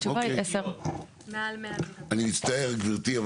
התשובה היא 10. אני מצטער גברתי,